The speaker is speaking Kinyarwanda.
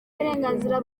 uburenganzira